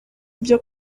ibyo